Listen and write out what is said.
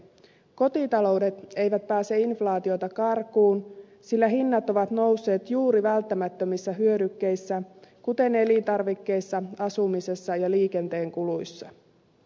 kotitaloudet eivät pääse inflaatiota karkuun sillä hinnat ovat nousseet juuri välttämättömissä hyödykkeissä kuten elintarvikkeissa asumisessa ja liikenteen kuluissa